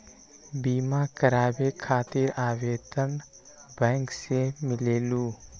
बिमा कराबे खातीर आवेदन बैंक से मिलेलु?